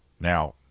Now